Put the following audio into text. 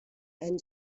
and